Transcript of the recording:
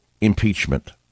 impeachment